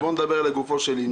אז נדבר לגופו של עניין: